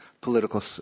political